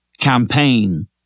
campaign